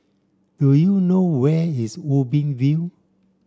do you know where is Ubi View